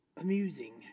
amusing